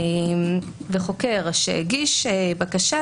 חוקר שהגיש בקשה,